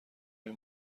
این